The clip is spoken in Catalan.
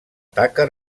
taca